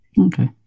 okay